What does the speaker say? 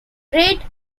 great